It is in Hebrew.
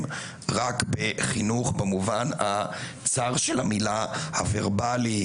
רק בחינוך במובן הצר של המילה בחינוך הוורבאלי